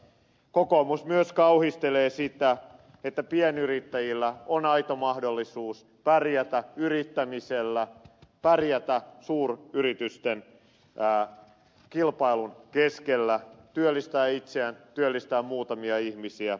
kokoomus myös kauhistelee sitä että pienyrittäjillä on aito mahdollisuus pärjätä yrittämisellä pärjätä suuryritysten kilpailun keskellä työllistää itseään työllistää muutamia ihmisiä